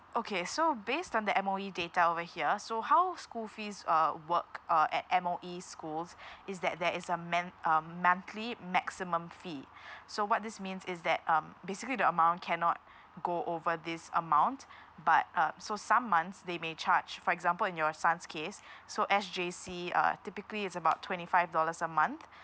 okay so based on the M_O_E data over here so how school fees uh work uh at M_O_E schools is that there is a man~ uh monthly maximum fee so what this means is that um basically the amount cannot go over this amount but uh so some months they may charge for example in your son's case so S_J_C uh typically is about twenty five dollars a month